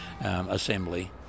assembly